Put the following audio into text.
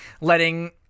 letting